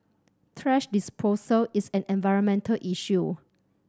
thrash disposal is an environmental issue